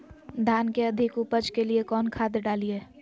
धान के अधिक उपज के लिए कौन खाद डालिय?